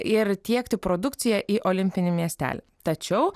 ir tiekti produkciją į olimpinį miestelį tačiau